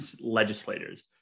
legislators